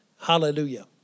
Hallelujah